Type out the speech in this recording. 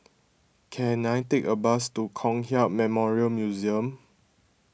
can I take a bus to Kong Hiap Memorial Museum